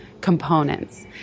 components